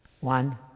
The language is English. One